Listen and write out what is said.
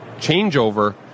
changeover